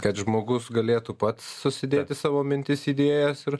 kad žmogus galėtų pats susidėti savo mintis idėjas ir